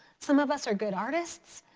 some of us are good artists.